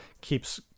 keeps